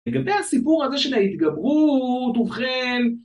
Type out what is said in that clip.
לגבי הסיפור הזה של ההתגברות ובכן